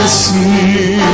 see